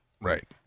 Right